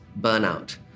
burnout